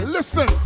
Listen